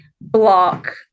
block